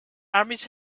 armies